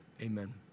Amen